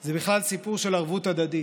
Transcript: זה בכלל סיפור של ערבות הדדית.